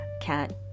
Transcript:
cat